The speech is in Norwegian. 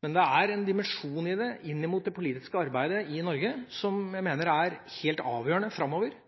Det er en dimensjon i det – inn mot det politiske arbeidet i Norge – som jeg mener er helt avgjørende framover.